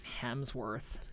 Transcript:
Hemsworth